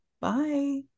Bye